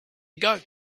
ago